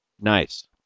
Nice